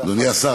אדוני השר,